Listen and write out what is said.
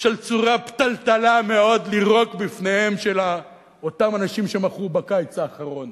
של צורה פתלתלה מאוד לירוק בפניהם של אותם אנשים שמחו בקיץ האחרון.